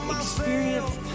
experience